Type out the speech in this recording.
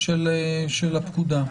של הפקודה.